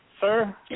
sir